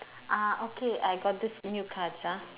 uh okay I got these new cards ah